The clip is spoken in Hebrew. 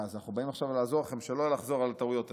אנחנו באים עכשיו לעזור לכם שלא לחזור על הטעויות האלה.